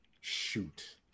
Shoot